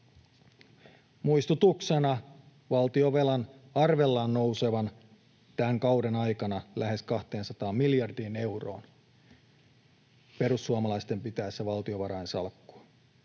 Muistutuksena: valtionvelan arvellaan nousevan tämän kauden aikana lähes 200 miljardiin euroon perussuomalaisten pitäessä valtiovarainministerin